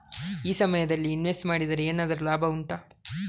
ಈ ಸಮಯದಲ್ಲಿ ಇನ್ವೆಸ್ಟ್ ಮಾಡಿದರೆ ಏನಾದರೂ ಲಾಭ ಉಂಟಾ